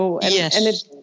Yes